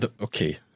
Okay